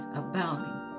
abounding